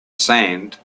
sand